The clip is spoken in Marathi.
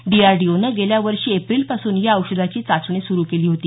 डीआरडीओनं गेल्या वर्षी एप्रिलपासून या औषधाची चाचणी सुरू केली होती